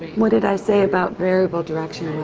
what did i say about variable direction, and